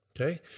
okay